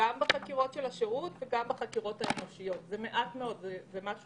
החקירות האנושיות מגיעות די מהר לקרובי המשפחה מקרבה